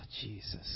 Jesus